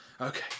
Okay